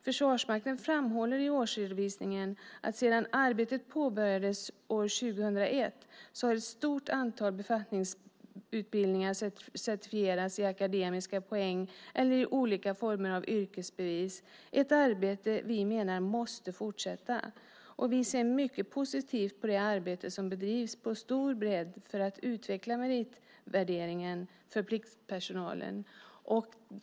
Försvarsmakten framhåller i årsredovisningen att sedan arbetet påbörjades år 2001 har ett stort antal befattningsutbildningar certifierats i akademiska poäng eller i olika former av yrkesbevis. Det är ett arbete vi menar måste fortsätta. Vi ser mycket positivt på det arbete som bedrivs på stor bredd för att utveckla meritvärderingen för pliktpersonalen.